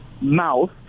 mouth